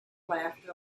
laughed